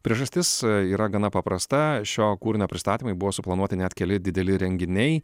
priežastis yra gana paprasta šio kūrinio pristatymui buvo suplanuoti net keli dideli renginiai